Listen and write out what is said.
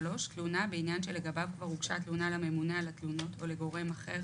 תלונה בעניין שלגביו כבר הוגשה תלונה לממונה על התלונות או לגורם אחר